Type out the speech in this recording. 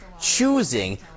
choosing